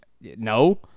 no